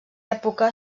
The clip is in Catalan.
època